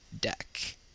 deck